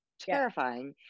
terrifying